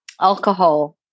alcohol